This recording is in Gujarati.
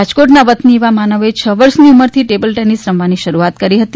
રાજકોટના વતની એવા માનવે છ વર્ષની ઉંમરથી ટેબલટેનિસ રમવાની શરૃઆત કરી હતી